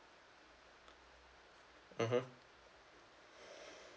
mmhmm